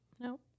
No